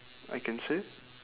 I can say